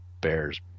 bears